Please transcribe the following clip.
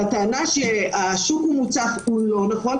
והטענה שהשוק מוצף לא נכונה,